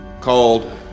Called